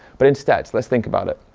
but instead let's think about it.